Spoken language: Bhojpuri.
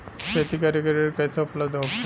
खेती करे के ऋण कैसे उपलब्ध होखेला?